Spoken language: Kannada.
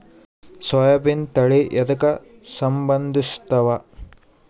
ಸೋಯಾಬಿನ ತಳಿ ಎದಕ ಸಂಭಂದಸತ್ತಾವ?